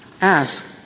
ask